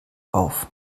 auf